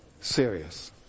serious